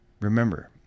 Remember